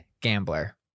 gambler